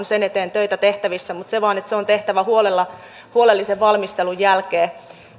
sen eteen töitä tehtävissä mutta se on vain tehtävä huolella huolellisen valmistelun jälkeen